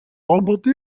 remporte